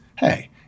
hey